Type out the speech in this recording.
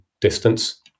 distance